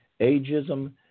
Ageism